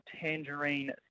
Tangerine